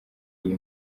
iyi